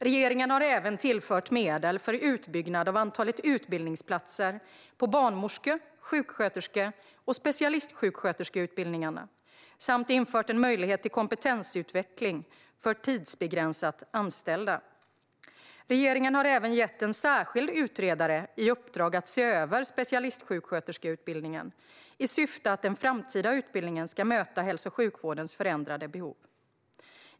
Regeringen har även tillfört medel för utbyggnad av antalet utbildningsplatser på barnmorske, sjuksköterske och specialistsjuksköterskeutbildningarna samt infört en möjlighet till kompetensutveckling för tidsbegränsat anställda. Regeringen har även gett en särskild utredare i uppdrag att se över specialistsjuksköterskeutbildningen så att den framtida utbildningen ska möta hälso och sjukvårdens förändrade behov.